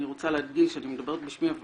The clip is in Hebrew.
אני רוצה להדגיש שאני מדברת בשמי אבל